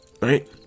Right